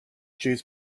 jews